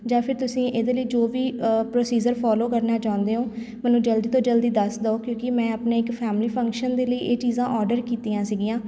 ਜਾਂ ਫਿਰ ਤੁਸੀਂ ਇਹਦੇ ਲਈ ਜੋ ਵੀ ਪ੍ਰੋਸੀਜਰ ਫੋਲੋ ਕਰਨਾ ਚਾਹੁੰਦੇ ਹੋ ਮੈਨੂੰ ਜਲਦੀ ਤੋਂ ਜਲਦੀ ਦੱਸ ਦਓ ਕਿਉਂਕਿ ਮੈਂ ਆਪਣਾ ਇੱਕ ਫੈਮਲੀ ਫੰਕਸ਼ਨ ਦੇ ਲਈ ਇਹ ਚੀਜ਼ਾਂ ਔਡਰ ਕੀਤੀਆਂ ਸੀਗੀਆਂ